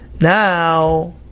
Now